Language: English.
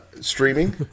streaming